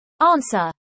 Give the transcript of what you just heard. Answer